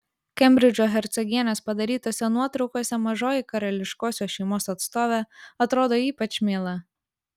kembridžo hercogienės padarytose nuotraukose mažoji karališkosios šeimos atstovė atrodo ypač miela